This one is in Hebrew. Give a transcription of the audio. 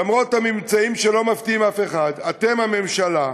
למרות הממצאים שלא מפתיעים אף אחד, אתם, הממשלה,